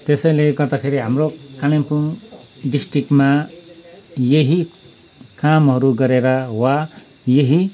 त्यसैले गर्दाखेरि हाम्रो कालिम्पोङ डिस्टिकमा यही कामहरू गरेर वा यही